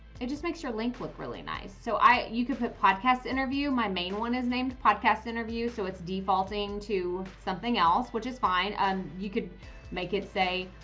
it just makes your link look really nice. so i you can put podcast interview, my main one is named podcast interview, so it's defaulting to something else, which is fine. and you could make it say,